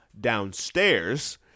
downstairs